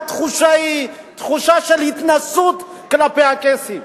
התחושה היא תחושה של התנשאות כלפי הקייסים,